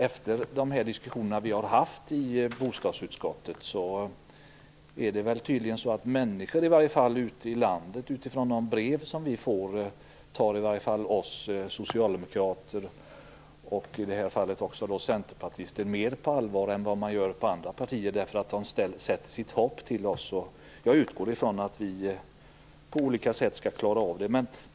Efter de diskussioner vi har haft i bostadsutskottet är jag naturligtvis stolt över att människor ute i landet utifrån de brev vi får tydligen tar oss socialdemokrater och i det här fallet också centerpartisterna mer på allvar än när det gäller andra partier. De sätter sitt hopp till oss. Jag utgår från att vi på olika sätt skall klara av det.